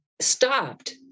stopped